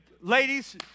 Ladies